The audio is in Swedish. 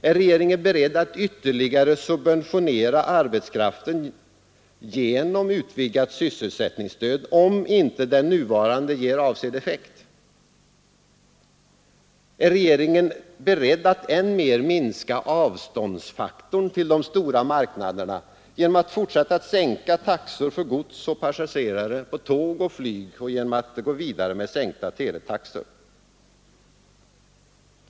Är regeringen beredd att ytterligare subventionera arbetskraften genom utvidgat sysselsättningsstöd om inte det nuvarande ger avsedd effekt? Är regeringen beredd att än mer minska avstånden till de stora marknaderna genom att fortsätta att sänka taxor för gods och passagerare på tåg och flyg och genom att gå vidare med sänkta teletaxor?